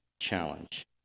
challenge